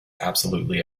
absolutely